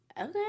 Okay